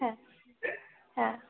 হ্যাঁ হ্যাঁ